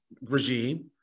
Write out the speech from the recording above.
regime